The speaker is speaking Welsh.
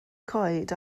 coed